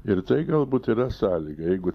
ir tai galbūt yra sąlyga jeigu